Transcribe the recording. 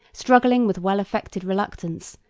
struggling with well-affected reluctance,